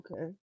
Okay